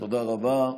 תודה רבה.